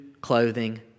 clothing